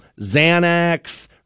Xanax